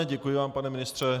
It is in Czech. Děkuji vám, pane ministře.